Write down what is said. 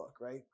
right